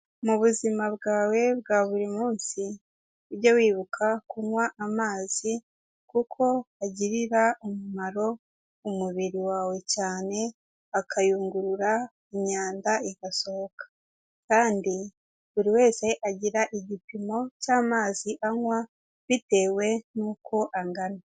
Mu buzima bwawe bwa buri munsi, ujye wibuka kunywa amazi kuko agirira umumaro umubiri wawe cyane, akayungurura imyanda igasohoka kandi buri wese agira igipimo cy'amazi anywa bitewe n'uko angana.